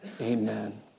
amen